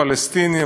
פלסטינים.